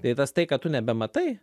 tai tas tai kad tu nebematai